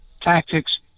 Tactics